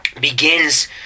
begins